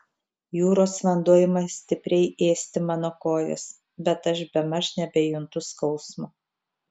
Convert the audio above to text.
jūros vanduo ima stipriai ėsti mano kojas bet aš bemaž nebejuntu skausmo